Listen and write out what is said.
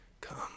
come